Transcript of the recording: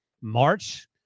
March